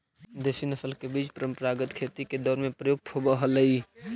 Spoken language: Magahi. देशी नस्ल के बीज परम्परागत खेती के दौर में प्रयुक्त होवऽ हलई